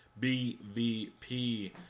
BVP